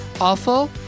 awful